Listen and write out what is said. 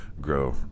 grow